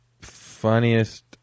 funniest